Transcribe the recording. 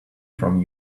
from